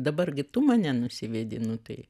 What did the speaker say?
dabar gi tu mane nusivedi nu tai